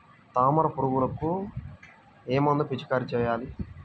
తామర పురుగుకు ఏ మందు పిచికారీ చేయాలి?